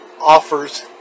offers